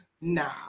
Nah